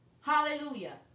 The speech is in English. hallelujah